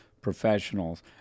professionals